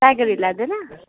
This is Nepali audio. टाइगर हिल लाँदैन